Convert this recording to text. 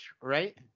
right